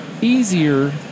easier